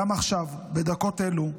גם עכשיו, בדקות אלו,